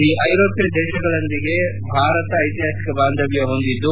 ಈ ಐರೋಪ್ನ ದೇಶಗಳೊಂದಿಗೆ ಭಾರತ ಐತಿಹಾಸಿಕ ಬಾಂಧವ್ಯ ಹೊಂದಿದ್ದು